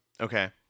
Okay